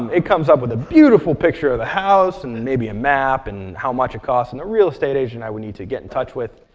it comes up with a beautiful picture of the house, and maybe a map, and how much it costs, and the real estate agent i would need to get in touch with.